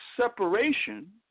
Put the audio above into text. separation